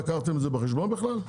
לקחתם את זה בחשבון בכלל?